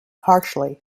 harshly